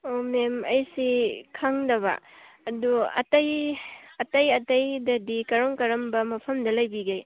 ꯑꯣ ꯃꯦꯝ ꯑꯩꯁꯤ ꯈꯪꯗꯕ ꯑꯗꯨ ꯑꯇꯩ ꯑꯇꯩ ꯑꯇꯩꯗꯗꯤ ꯀꯔꯝ ꯀꯔꯝꯕ ꯃꯐꯝꯗ ꯂꯩꯕꯤꯒꯦ